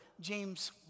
James